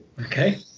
Okay